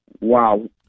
Wow